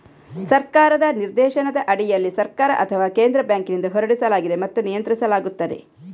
ಸರ್ಕಾರದ ನಿರ್ದೇಶನದ ಅಡಿಯಲ್ಲಿ ಸರ್ಕಾರ ಅಥವಾ ಕೇಂದ್ರ ಬ್ಯಾಂಕಿನಿಂದ ಹೊರಡಿಸಲಾಗಿದೆ ಮತ್ತು ನಿಯಂತ್ರಿಸಲಾಗುತ್ತದೆ